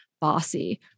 bossy